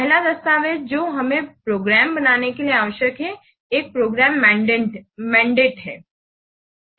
पहला दस्तावेज़ जो हमें प्रोग्राम बनाने के लिए आवश्यक है एक प्रोग्राम मैंडेट है